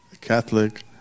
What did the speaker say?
Catholic